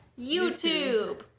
YouTube